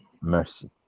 Mercy